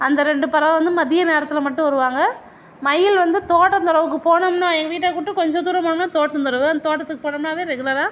அந்த ரெண்டு பறவை வந்து மதிய நேரத்தில் மட்டும் வருவாங்க மயில் வந்து தோட்டந் தொரவுக்கு போனோம்ன்னா எங்கள் வீட்டை விட்டு கொஞ்ச தூரம் போனோம்ன்னா தோட்டந் தொரவு அந்த தோட்டத்துக்கு போனோம்னாவே ரெகுலராக